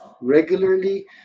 regularly